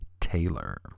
Taylor